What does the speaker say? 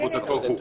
עבודתו הוא.